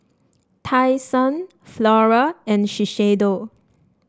Tai Sun Flora and Shiseido